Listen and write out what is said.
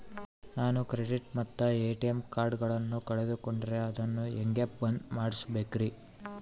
ನಾನು ಕ್ರೆಡಿಟ್ ಮತ್ತ ಎ.ಟಿ.ಎಂ ಕಾರ್ಡಗಳನ್ನು ಕಳಕೊಂಡರೆ ಅದನ್ನು ಹೆಂಗೆ ಬಂದ್ ಮಾಡಿಸಬೇಕ್ರಿ?